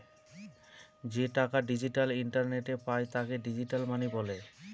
যে টাকা ডিজিটাল ইন্টারনেটে পায় তাকে ডিজিটাল মানি বলে